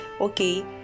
okay